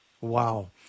Wow